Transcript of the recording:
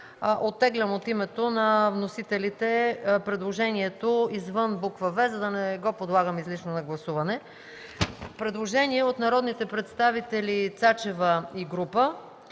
Оттеглям от името на вносителите предложението извън буква „в”, за да не го подлагаме излишно на гласуване. Предложение от народния представител Цецка Цачева и група